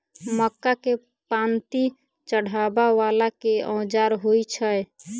मक्का केँ पांति चढ़ाबा वला केँ औजार होइ छैय?